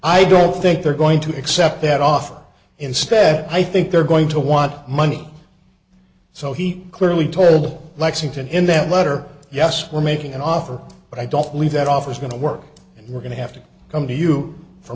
i don't think they're going to accept that offer instead i think they're going to want money so he clearly told lexington in that letter yes we're making an offer but i don't believe that offer is going to work and we're going to have to come to you for